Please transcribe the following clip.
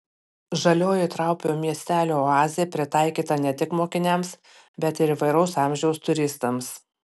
žalioji traupio miestelio oazė pritaikyta ne tik mokiniams bet ir įvairaus amžiaus turistams